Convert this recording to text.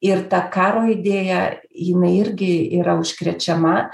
ir ta karo idėja jinai irgi yra užkrečiama